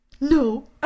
No